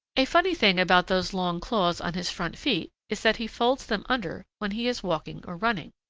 a funny thing about those long claws on his front feet is that he folds them under when he is walking or running.